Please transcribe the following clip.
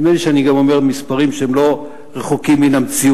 נדמה לי שאני גם אומר מספרים שהם לא רחוקים מהמציאות,